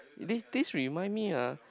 this this remind me ah